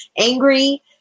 angry